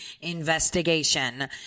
investigation